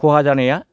खहा जानाया